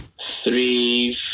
three